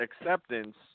acceptance